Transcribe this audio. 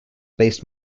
based